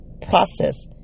process